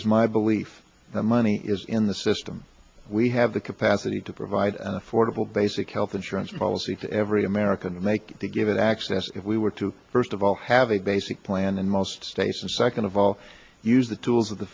is my belief that money is in the system we have the capacity to provide affordable basic health insurance policy for every american to make to get access if we were to first of all have a basic plan in most states and second of all use the tools